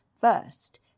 first